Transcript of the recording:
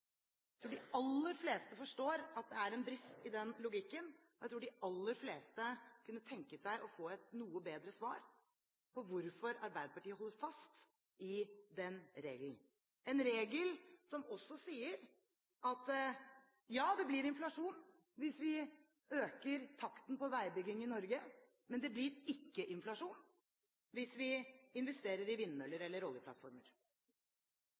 jeg tror at de aller fleste kunne tenke seg å få et noe bedre svar på hvorfor Arbeiderpartiet holder fast i den regelen – en regel som også sier at det blir inflasjon hvis vi øker takten på veibygging i Norge, men det blir ikke inflasjon hvis vi investerer i vindmøller eller oljeplattformer.